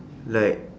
like